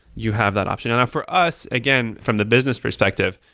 you have that option. and for us, again, from the business perspective,